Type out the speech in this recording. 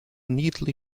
neatly